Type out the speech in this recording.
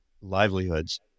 livelihoods